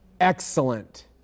excellent